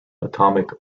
atomic